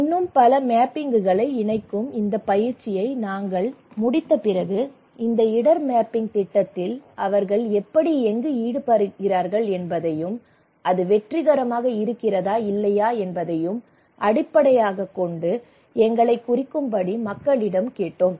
இன்னும் பல மேப்பிங்குகளை இணைக்கும் இந்த பயிற்சியை நாங்கள் முடித்த பிறகு இந்த இடர் மேப்பிங் திட்டத்தில் அவர்கள் எப்படி எங்கு ஈடுபட்டார்கள் என்பதையும் அது வெற்றிகரமாக இருக்கிறதா இல்லையா என்பதையும் அடிப்படையாகக் கொண்டு எங்களை குறிக்கும்படி மக்களிடம் கேட்டோம்